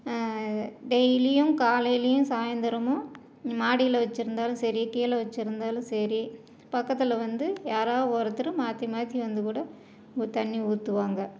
டெய்லியும் காலையிலேயும் சாய்ந்திரமும் மாடியில் வச்சுருந்தாலும் சரி கீழே வச்சுருந்தாலும் சரி பக்கத்தில் வந்து யாராக ஒருத்தர் மாற்றி மாற்றி வந்து கூட இந்த தண்ணி ஊற்றுவாங்க